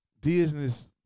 business